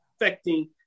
affecting